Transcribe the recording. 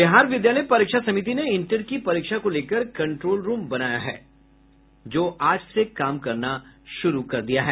बिहार विद्यालय परीक्षा समिति ने इंटर की परीक्षा को लेकर कंट्रोल रूम बनाया है जो आज से काम करना शुरू कर दिया है